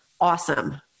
awesome